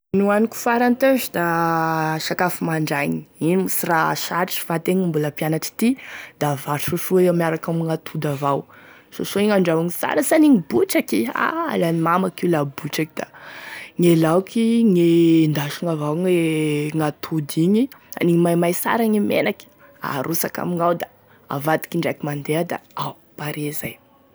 Nohaniko farany teo sa da sakafo mandraigny, igny sy raha sarotry fa ategna ambola mpianatry ty da vary sosoa miaraky ame atody avao, sosoa andrahoigny tsara tsy hanigny botraky, a alan'ny mamako io la botraky da gne laoky endasigny avao gne atody igny, anigny maimay tsara gne menaky, arotsaky amignao da avadiky indraiky mandeha da ao pare zany.